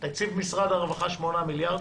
תקציב משרד הרווחה שמונה מיליארד,